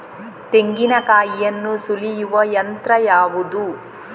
ತೆಂಗಿನಕಾಯಿಯನ್ನು ಸುಲಿಯುವ ಯಂತ್ರ ಯಾವುದು?